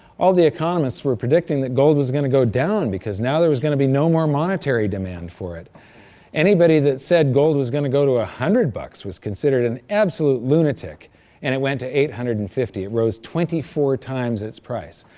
all the economists were predicting that gold was going to go down, because now there was going to be no more monetary demand for it anybody that said gold was going to go to a hundred bucks was considered an absolute lunatic and it went to eight hundred and fifty it rose twenty four times its price.